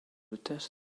attest